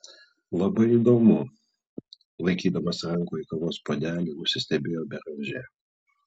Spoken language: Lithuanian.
labai įdomu laikydamas rankoje kavos puodelį nusistebėjo beranžė